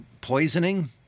poisoning